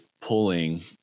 pulling